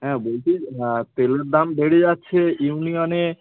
হ্যাঁ বলছি হ্যাঁ তেলের দাম বেড়ে যাচ্ছে ইউনিয়নে